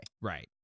right